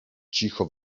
cicho